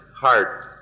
heart